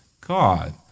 God